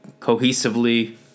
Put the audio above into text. cohesively